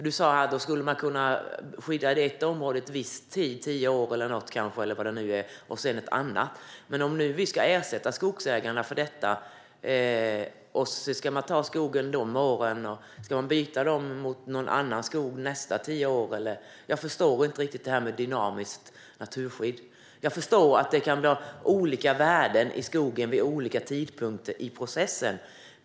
Du sa att man skulle kunna skydda ett område en viss tid, kanske tio år, och sedan skydda ett annat. Men om vi nu ska ersätta skogsägarna för detta, innebär det då att man ska ha skogen i tio år och sedan byta skogen mot en annan skog de följande tio åren? Jag förstår inte riktigt det här med dynamiskt naturskydd. Jag förstår att det kan bli olika värden i skogen vid olika tidpunkter i processen.